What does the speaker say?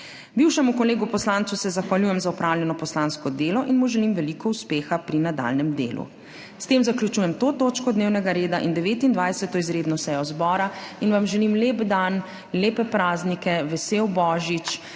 Bivšemu kolegu poslancu se zahvaljujem za opravljeno poslansko delo in mu želim veliko uspeha pri nadaljnjem delu. S tem zaključujem to točko dnevnega reda in 29. izredno sejo zbora in vam želim lep dan, lepe praznike, vesel božič